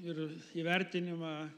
ir įvertinimą